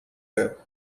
work